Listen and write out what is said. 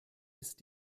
ist